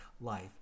life